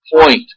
point